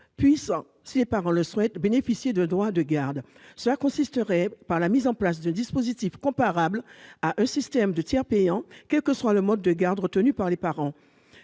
devraient, si leurs parents le souhaitent, bénéficier d'un droit de garde. L'idée est donc de mettre en place un dispositif comparable au système du tiers payant, quel que soit le mode de garde retenu par les parents.